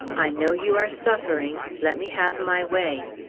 i know you are suffering! let me have my way!